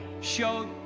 show